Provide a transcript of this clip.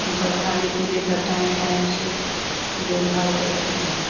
उनका खाने पीने का टाइम टाइम से देख भाल करते हैं